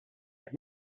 qed